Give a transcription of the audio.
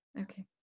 okay